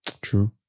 true